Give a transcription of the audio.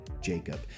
Jacob